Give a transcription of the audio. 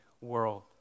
world